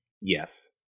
Yes